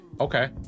Okay